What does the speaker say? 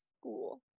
school